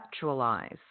conceptualize